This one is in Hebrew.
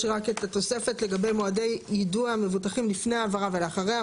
יש רק את התוספת לגבי מועדי יידוע המבוטחים לפני ההעברה ולאחריה.